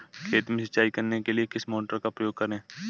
खेत में सिंचाई करने के लिए किस मोटर का उपयोग करें?